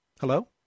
Hello